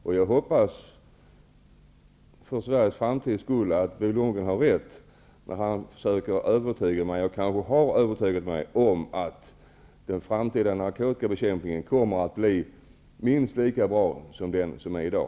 För den svenska framtidens skull hoppas jag att Bo Lundgren har rätt när han försöker övertyga mig om, och kanske har övertygat mig om, att den framtida narkotikabekämpningen kommer att bli minst lika bra som den är i dag.